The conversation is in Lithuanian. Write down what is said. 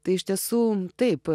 tai iš tiesų taip